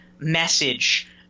Message